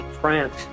France